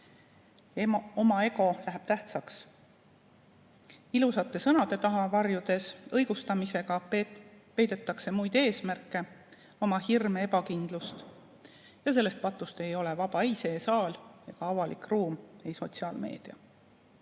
Oma ego läheb tähtsaks. Ilusate sõnade taha varjudes, õigustamisega, peidetakse muid eesmärke, oma hirme ja ebakindlust. Sellest patust ei ole vaba ei see saal ega avalik ruum või sotsiaalmeedia.Me